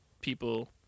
people